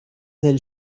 del